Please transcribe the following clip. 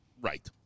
Right